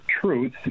truth